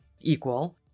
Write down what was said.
equal